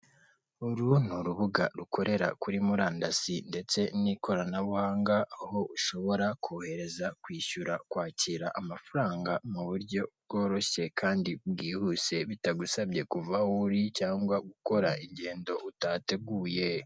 Uru ni urubuga rukorera kuri murandasi ndetse n'ikoranabuhanga aho ushobora kohereza kwishyura, kwakira amafaranga, mu buryo bworoshye kandi bwihuse bitagusabye kuva aho uri cyangwa gukora ingendo utataeguye.